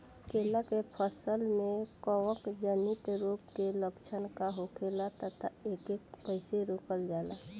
केला के फसल में कवक जनित रोग के लक्षण का होखेला तथा एके कइसे रोकल जाला?